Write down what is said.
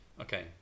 Okay